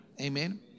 Amen